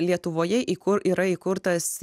lietuvoje į kur yra įkurtas